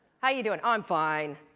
how you doing? oh, i'm fine.